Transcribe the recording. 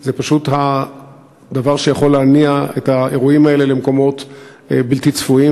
זה פשוט הדבר שיכול להניע את האירועים האלה למקומות בלתי צפויים.